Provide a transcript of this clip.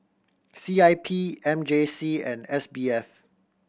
C I P M J C and S B F